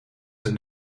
een